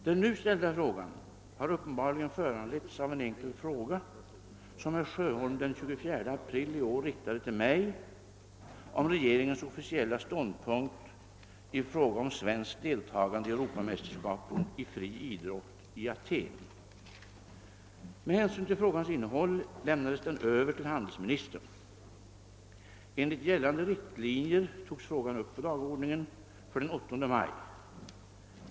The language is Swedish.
Den nu ställda frågan har uppenbarligen föranletts av en enkel fråga som herr Sjöholm den 24 april i år riktat till mig om regeringens officiella ståndpunkt i fråga om svenskt deltagande i europamästerskapen i fri idrott i Aten. Med hänsyn till frågans innehåll lämnades den över till handelsministern. Enligt gällande riktlinjer togs frågan upp på dagordningen för den 8 maj.